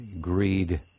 greed